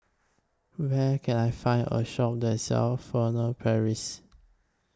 Where Can I Find A Shop that sells Furtere Paris